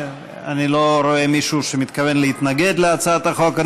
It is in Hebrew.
אני לא רואה מישהו שמתכוון להתנגד להצעת החוק.